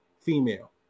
female